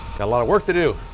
got a lot of work to do.